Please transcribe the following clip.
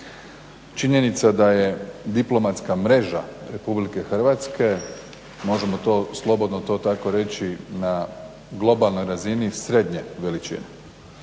Činjenica da je diplomatska mreža Republike Hrvatske, možemo to slobodno to tako reći na globalnoj razini srednje veličine.